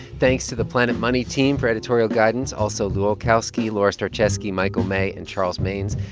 thanks to the planet money team for editorial guidance, also lu olkowski, laura starecheski, michael may and charles maynes.